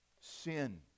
Sin